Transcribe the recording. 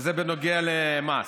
וזה בנוגע למס,